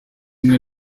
umwe